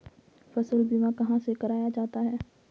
फसल बीमा कहाँ से कराया जाता है?